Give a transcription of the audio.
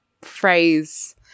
phrase